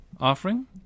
offering